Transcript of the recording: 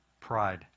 Pride